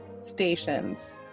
stations